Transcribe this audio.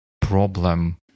problem